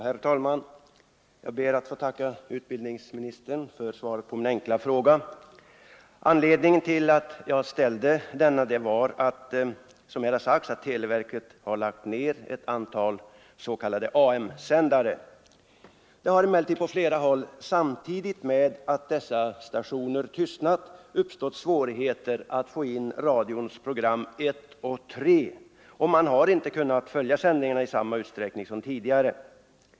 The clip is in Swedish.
Herr talman! Jag ber att få tacka utbildningsministern för svaret på min enkla fråga. Anledningen till att jag framställde frågan var, som här har sagts, att Nr 16 televerket lagt ned ett antal s.k. AM-sändare. Samtidigt med att dessa Torsdagen den stationer tystnat har det på flera håll uppstått svårigheter att ta in radions 31 januari 1974 program 1 och 3, och man har inte kunnat följa sändningarna i samma utsträckning som tidigare.